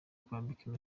kwambikwa